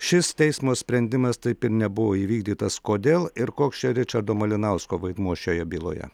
šis teismo sprendimas taip ir nebuvo įvykdytas kodėl ir koks čia ričardo malinausko vaidmuo šioje byloje